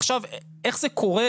עכשיו איך זה קורה,